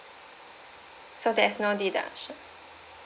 so there's no deduction